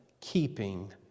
keeping